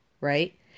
right